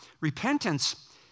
Repentance